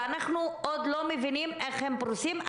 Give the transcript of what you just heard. ואנחנו עוד לא מבינים איך הם פרוסים.